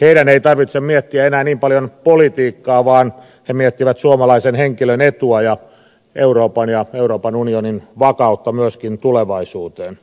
heidän ei tarvitse miettiä enää niin paljon politiikkaa vaan he miettivät suomalaisen henkilön etua ja euroopan ja euroopan unionin vakautta myöskin tulevaisuuteen